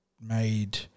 made